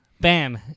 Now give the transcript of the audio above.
Bam